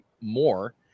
more